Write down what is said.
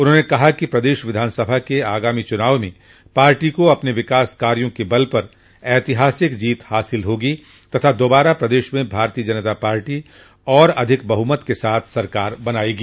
उन्होंने कहा कि प्रदेश विधानसभा के आगामी चुनाव में पार्टी को अपने विकास कार्यो के बल पर ऐतिहासिक जीत हासिल होगी तथा दोबारा प्रदेश में भारतीय जनता पार्टी और अधिक बहुमत के साथ सरकार बनायेगी